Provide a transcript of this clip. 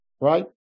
Right